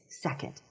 second